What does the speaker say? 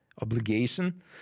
obligation